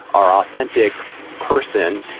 or authentic person?